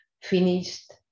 finished